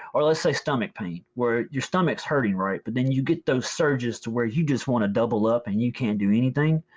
or let's say stomach pain, where your stomach's hurting, right? but then you get those surges to where you just wanna double up and you can't do anything.